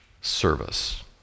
Service